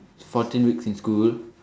fourteen weeks in school